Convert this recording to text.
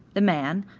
the man,